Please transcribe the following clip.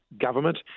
government